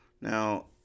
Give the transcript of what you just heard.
Now